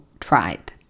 tribe